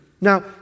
Now